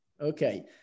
Okay